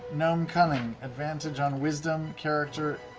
gnome cunning, advantage on wisdom, character,